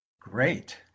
Great